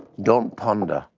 don't ponder.